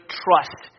trust